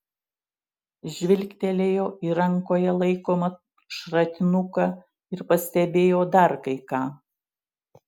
žvilgtelėjo į rankoje laikomą šratinuką ir pastebėjo dar kai ką